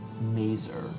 Mazer